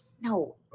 No